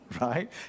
right